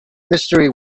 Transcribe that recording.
mystery